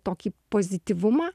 tokį pozityvumą